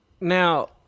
now